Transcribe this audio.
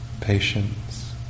patience